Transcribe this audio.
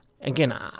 Again